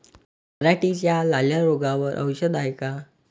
पराटीच्या लाल्या रोगावर औषध हाये का?